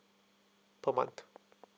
per month